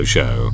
Show